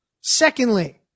Secondly